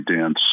dense